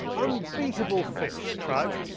unbeatable fish, trout.